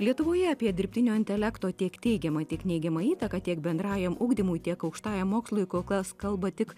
lietuvoje apie dirbtinio intelekto tiek teigiamą tiek neigiamą įtaką tiek bendrajam ugdymui tiek aukštajam mokslui kol kas kalba tik